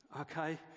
Okay